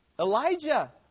Elijah